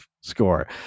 score